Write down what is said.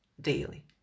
daily